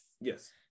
Yes